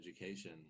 education